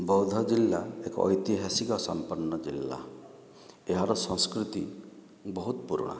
ବୌଦ୍ଧ ଜିଲ୍ଲା ଏକ ଐତିହାସିକ ସମ୍ପନ୍ନ ଜିଲ୍ଲା ଏହାର ସଂସ୍କୃତି ବହୁତ ପୁରୁଣା